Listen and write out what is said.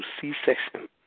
C-section